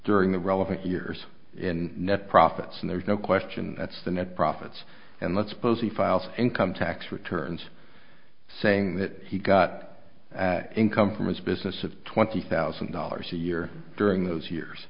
during the relevant years in net profits and there's no question that's the net profits and let suppose he files income tax returns saying that he got income from his business of twenty thousand dollars a year during those years